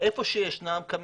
איפה שישנם קמינים,